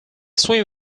swim